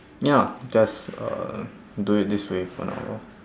ya just uh do it this way for now lor